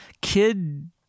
Kid